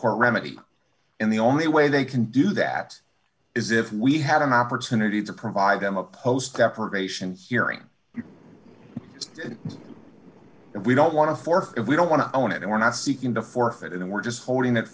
court remedy and the only way they can do that is if we had an opportunity to provide them a post depravation hearing you and we don't want to forfeit we don't want to own it and we're not seeking to forfeit and we're just holding it